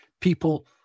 people